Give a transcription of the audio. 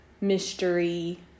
mystery